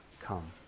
come